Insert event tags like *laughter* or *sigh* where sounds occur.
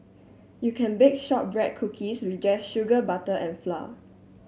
you can bake shortbread cookies *unintelligible* just sugar butter and flour